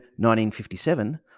1957